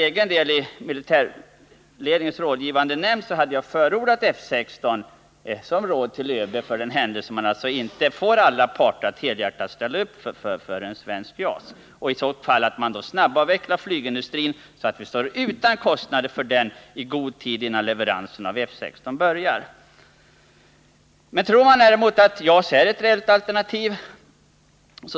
Jag har i militärledningens rådgivande nämnd i ett råd till ÖB förordat F 16, för den händelse vi inte får alla parter att helhjärtat ställa upp för en svensk JAS. Men om vi bestämmer oss för att köpa F 16, skall vi snabbt avveckla flygindustrin, så att vi i god tid före leveransen av F 16 står utan kostnader för denna industri. Om man däremot tror att JAS är ett reellt alternativ.